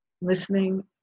listening